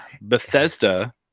Bethesda